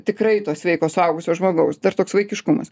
tikrai to sveiko suaugusio žmogaus dar toks vaikiškumas